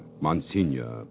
Monsignor